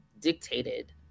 dictated